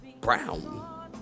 brown